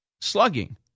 slugging